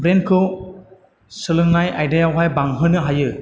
ब्रेनखौ सोलोंनाय आयदायावहाय बांहोनो हायो